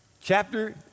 Chapter